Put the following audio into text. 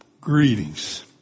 greetings